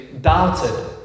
doubted